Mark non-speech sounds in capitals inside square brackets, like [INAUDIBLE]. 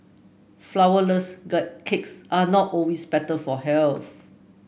flourless [UNINTELLIGIBLE] cakes are not always better for health